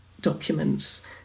documents